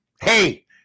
Hey